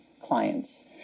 clients